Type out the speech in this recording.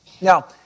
Now